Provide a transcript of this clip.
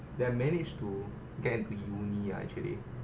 ya I managed to get into uni actually